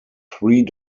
three